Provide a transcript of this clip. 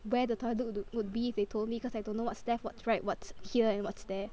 where the toilet lo~ lo~ would be if they told me because I don't know what's left what's right what's here and what's there